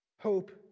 hope